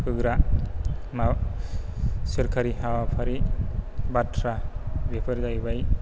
होग्रा मा सोरखारि हाबाफारि बाथ्रा बेफोर जाहैबाय